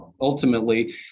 ultimately